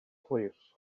plîs